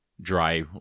dry